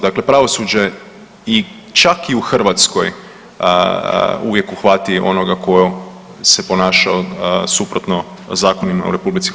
Dakle, pravosuđe i čak i u Hrvatskoj uvijek uhvati onoga ko se ponašao suprotno zakonima u RH.